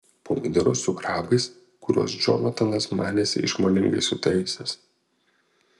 pomidorus su krapais kuriuos džonatanas manėsi išmoningai sutaisęs